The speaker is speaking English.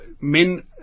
Men